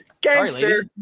Gangster